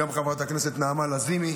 גם חברת הכנסת נעמה לזימי,